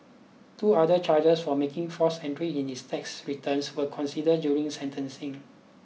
two other charges for making false entries in his tax returns were considered during sentencing